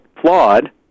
flawed